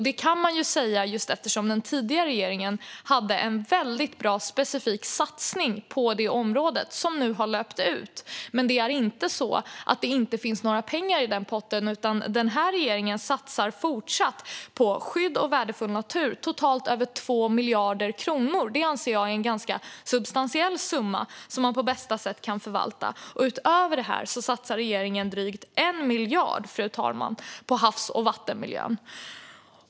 Det kan man ju säga just eftersom den tidigare regeringen hade en väldigt bra specifik satsning på det området som nu har löpt ut. Det är dock inte så att det inte finns några pengar i den potten. Den här regeringen satsar fortsatt på skydd av värdefull natur, totalt över 2 miljarder kronor. Det anser jag är en ganska substantiell summa som man på bästa sätt kan förvalta. Utöver detta satsar regeringen drygt 1 miljard, fru talman, på havs och vattenmiljön.